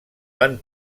van